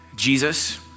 Jesus